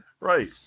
Right